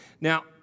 Now